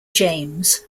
james